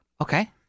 Okay